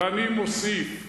ואני מוסיף: